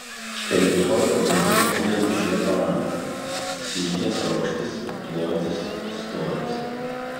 elipsoido būdu matuojami šie parametrai skilties aukštis plotis storis